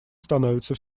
становится